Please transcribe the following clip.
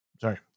sorry